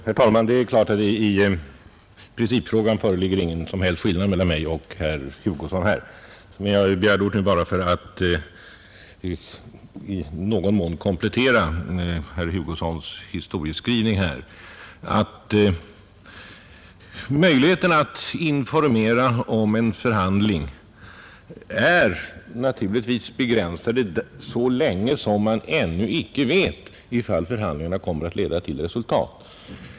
Herr talman! I principfrågan föreligger naturligtvis ingen skillnad mellan herr Hugosson och mig. Jag begärde ordet bara för att i någon mån komplettera herr Hugossons historieskrivning. Möjligheten att informera om en förhandling är naturligtvis begränsad så länge man ännu inte vet om förhandlingen kommer att leda till resultat.